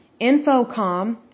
Infocom